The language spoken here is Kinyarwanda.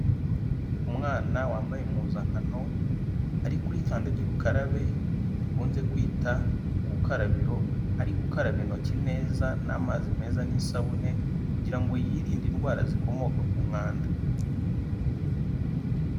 Umwana wambaye impuzankano ari kuri kandagira ukarabe, dukunze kwita ubukarabiro ari gukaraba intoki neza n'amazi meza n'isabune kugira ngo yirinde indwara zikomoka ku mwanda.